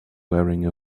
wearing